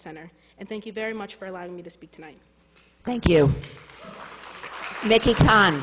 center and thank you very much for allowing me to speak tonight thank you for making time